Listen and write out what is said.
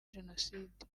jenoside